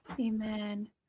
Amen